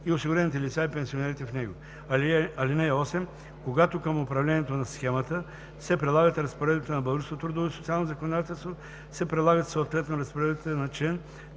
и осигурените лица и пенсионерите в него. (8) Когато към управлението на схемата се прилагат разпоредбите на българското трудово и социално законодателство, се прилагат съответно разпоредбите на чл.